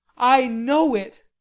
i know it.